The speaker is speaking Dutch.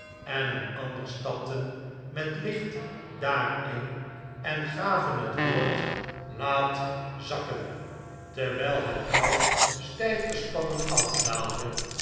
en een ander stapten met licht daarin en gaven het woord laat zakken terwijl het touw stijf gespannen afdaalde